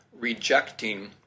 rejecting